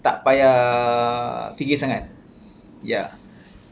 tak payah fikir sangat ya